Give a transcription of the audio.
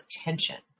attention